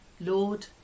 Lord